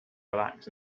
relax